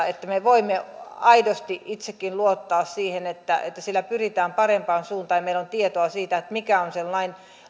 että me voimme aidosti itsekin luottaa siihen että että sillä pyritään parempaan suuntaan ja meillä on tietoa siitä mikä on sen